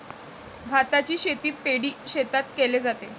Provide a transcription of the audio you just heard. भाताची शेती पैडी शेतात केले जाते